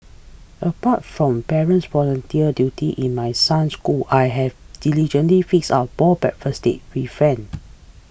apart from parents volunteer duty in my son school I have diligently fix up more breakfast date with friend